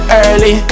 early